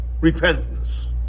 repentance